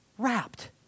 wrapped